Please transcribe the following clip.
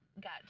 got